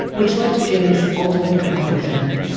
which led to jamie's ultimate conclusion,